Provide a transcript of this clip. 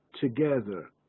together